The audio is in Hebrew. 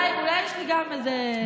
אולי יש גם לי איזה תואר או שניים,